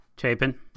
Chapin